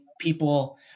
people